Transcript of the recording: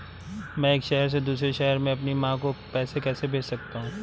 मैं एक शहर से दूसरे शहर में अपनी माँ को पैसे कैसे भेज सकता हूँ?